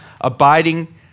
abiding